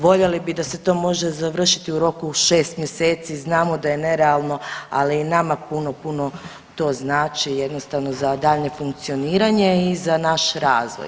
Voljeli bi da se to može završiti u roku šest mjeseci, znamo da je nerealno ali i nama puno, puno to znači jednostavno za daljnje funkcioniranje i za naš razvoj.